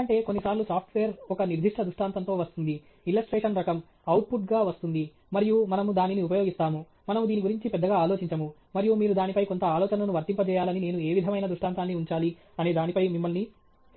ఎందుకంటే కొన్నిసార్లు సాఫ్ట్వేర్ ఒక నిర్దిష్ట దృష్టాంతంతో వస్తుంది ఇలస్ట్రేషన్ రకం అవుట్పుట్గా వస్తుంది మరియు మనము దానిని ఉపయోగిస్తాము మనము దీని గురించి పెద్దగా ఆలోచించము మరియు మీరు దానిపై కొంత ఆలోచనను వర్తింపజేయాలని నేను ఏ విధమైన దృష్టాంతాన్ని ఉంచాలి అనే దానిపై మిమ్మల్ని